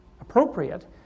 appropriate